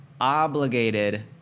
obligated